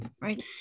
Right